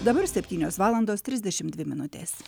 dabar septynios valandos trisdešimt dvi minutės